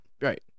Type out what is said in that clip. Right